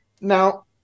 Now